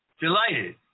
delighted